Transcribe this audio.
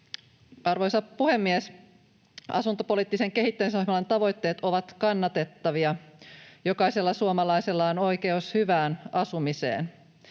Arvoisa puhemies! Asuntopoliittisen kehittämisohjelman tavoitteet ovat kannatettavia — jokaisella suomalaisella on oikeus hyvään asumiseen.